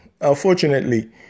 unfortunately